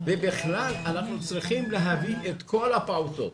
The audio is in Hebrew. ובכלל אנחנו צריכים להביא את כל הפעוטות